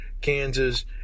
Kansas